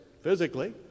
physically